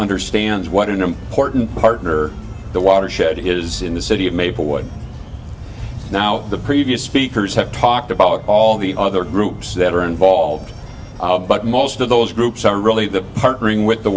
understands what an important partner the watershed is in the city of maplewood now the previous speakers have talked about all the other groups that are involved but most of those groups are really the